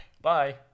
Bye